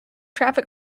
traffic